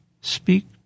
speak